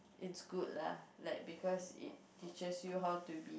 it's good lah like because it teaches you how to be